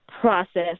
process